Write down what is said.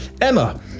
Emma